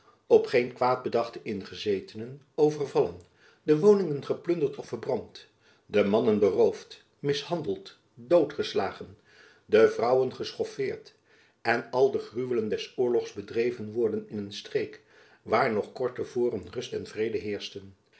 op geen kwaad bedachte ingezetenen overvallen de woningen geplunderd of verbrand de mannen beroofd mishandeld doodgeslagen de vrouwen geschoffeerd en al de gruwelen des oorlogs bedreven worden in een streek waar nog kort te voren rust en vrede